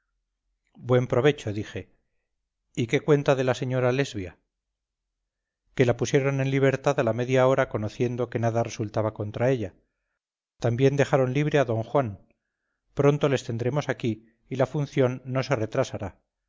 buen provecho dije y qué cuenta de la señora lesbia que la pusieron en libertad a la media hora conociendo que nada resultaba contra ella también dejaron libre a d juan pronto les tendremos aquí y la función no se retrasará